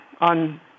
on